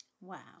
Wow